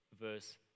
verse